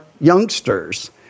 youngsters